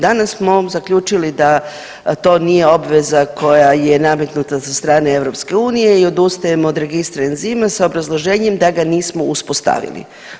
Danas smo u ovom zaključili da to nije obveza koja je nametnuta od strane EU-a i odustajemo od registra enzima s obrazloženjem da ga nismo uspostavili.